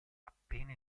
appena